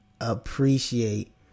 appreciate